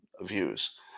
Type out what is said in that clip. views